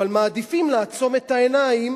אבל מעדיפים לעצום את העיניים